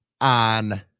on